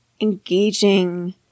engaging